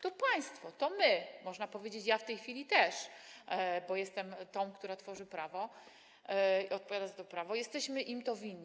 To państwo, to my - można powiedzieć, że ja w tej chwili też, bo jestem tą, która tworzy prawo, odpowiada za to prawo - jesteśmy im to winni.